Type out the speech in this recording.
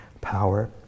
power